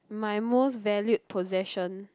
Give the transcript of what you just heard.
my most valued possession